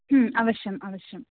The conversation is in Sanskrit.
अवश्यम् अवश्यम्